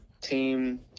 team